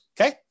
okay